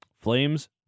Flames